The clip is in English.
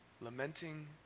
Lamenting